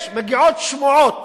מגיעות שמועות